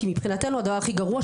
כי מבחינתנו הדבר הכי גרוע,